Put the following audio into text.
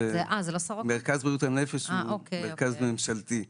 זה מרכז בריאות הנפש שהוא מרכז ממשלתי.